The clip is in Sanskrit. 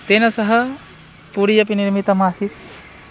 तेन सह पूरि अपि निर्मितमासीत्